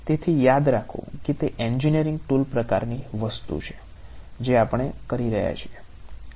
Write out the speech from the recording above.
તેથી યાદ રાખો કે તે એન્જિનિયરિંગ ટૂલ પ્રકારની વસ્તુ છે જે આપણે કરી રહ્યા છીએ